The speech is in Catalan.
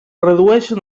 redueixen